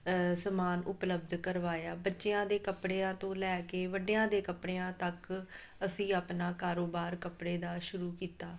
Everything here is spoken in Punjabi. ਸਮਾਨ ਉਪਲੱਬਧ ਕਰਵਾਇਆ ਬੱਚਿਆਂ ਦੇ ਕੱਪੜਿਆਂ ਤੋਂ ਲੈ ਕੇ ਵੱਡਿਆਂ ਦੇ ਕੱਪੜਿਆਂ ਤੱਕ ਅਸੀਂ ਆਪਣਾ ਕਾਰੋਬਾਰ ਕੱਪੜੇ ਦਾ ਸ਼ੁਰੂ ਕੀਤਾ